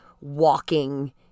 walking